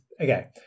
okay